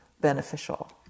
beneficial